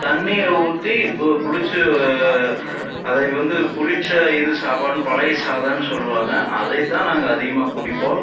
தண்ணீரை ஊற்றி பு புளித்து அதை வந்து புளித்த இது சாப்பாடுன்னு பழைய சாதன்னு சொல்லுவாங்கள் அதைத்தான் நாங்கள் அதிகமாக குடிப்போம்